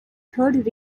third